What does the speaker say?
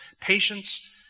patience